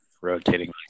rotating